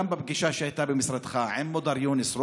גם בפגישה שהייתה במשרדך עם מודר יונס,